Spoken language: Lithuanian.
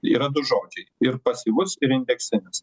yra du žodžiai ir pasyvus ir indeksinis